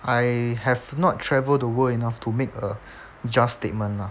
I have not travelled the world enough to make a just statement lah